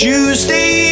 Tuesday